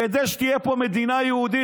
כדי שתהיה פה מדינה יהודית,